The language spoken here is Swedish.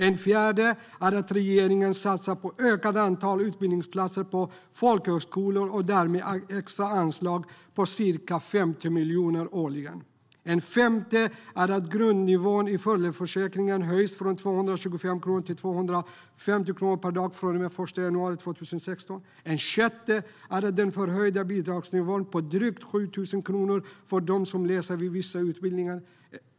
En fjärde reform är att regeringen har satsat på ökat antal utbildningsplatser på folkhögskolor och därmed extra anslag på ca 50 miljoner årligen. En femte är att grundnivån i föräldraförsäkringen höjs från 225 kronor till 250 kronor per dag från den 1 januari 2016. En sjätte är den förhöjda bidragsnivån på drygt 7 000 kronor för dem som läser vid vissa utbildningar.